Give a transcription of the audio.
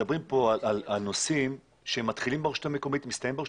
מדברים כאן על נושאים שמתחילים ברשות המקומית ומסתיימים ברשות